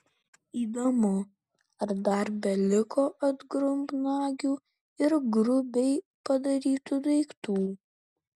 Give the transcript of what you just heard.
įdomu ar dar beliko atgrubnagių ir grubiai padarytų daiktų